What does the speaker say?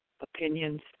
opinions